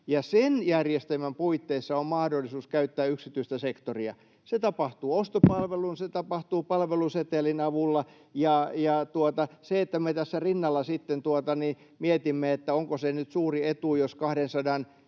sen järjestelmän puitteissa on mahdollisuus käyttää yksityistä sektoria. Se tapahtuu ostopalveluna, se tapahtuu palvelusetelin avulla. Me tässä rinnalla sitten mietimme, onko se nyt suuri etu, jos 200